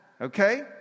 Okay